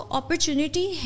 opportunity